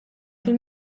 fil